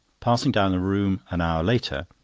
passing down the room an hour later.